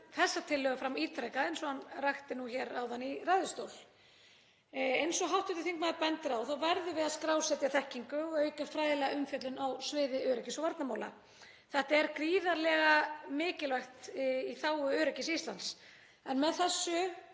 þessa tillögu fram ítrekað, eins og hann rakti hér áðan í ræðustól. Eins og hv. þingmaður bendir á verðum við að skrásetja þekkingu og auka fræðilega umfjöllun á sviði öryggis- og varnarmála. Þetta er gríðarlega mikilvægt í þágu öryggis Íslands en með þessu